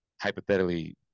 hypothetically